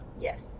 Yes